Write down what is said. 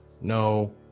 No